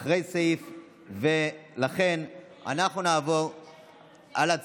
אחרי סעיף 1. לכן אנחנו נעבור להצבעה